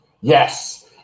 Yes